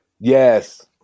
yes